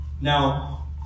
Now